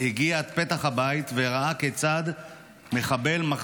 הגיע עד פתח הבית וראה כיצד מחבל מחזיק